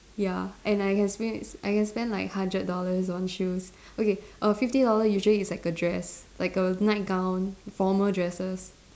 ya and I can spend I can spend like hundred dollars on shoes okay err fifty dollars usually is like a dress like a nightgown formal dresses